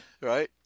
right